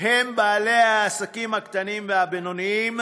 הם בעלי העסקים הקטנים והבינוניים,